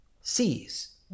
sees